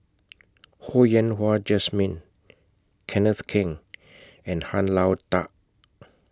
Ho Yen Wah Jesmine Kenneth Keng and Han Lao DA